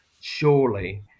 Surely